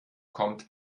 kommt